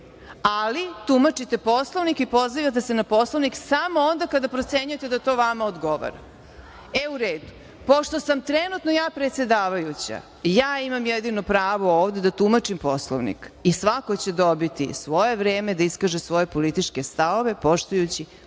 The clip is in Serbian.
ali tumačite Poslovnik i pozivate se na Poslovnik samo onda kada procenjujete da to vama odgovara.E, u redu. Pošto sam trenutno ja predsedavajuća, ja imam jedino pravo ovde da tumačim Poslovnik i svako će dobiti svoje vreme da iskaže svoje političke stavove poštujući odredbe